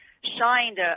shined